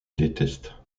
déteste